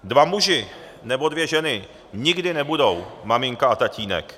Dva muži nebo dvě ženy nikdy nebudou maminka a tatínek.